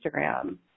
Instagram